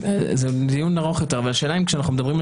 זה דיון ארוך יותר אבל השאלה אם כאשר אנחנו מדברים על